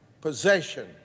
possession